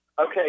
Okay